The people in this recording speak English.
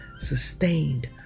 sustained